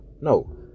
No